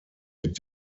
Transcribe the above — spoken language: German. mit